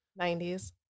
90s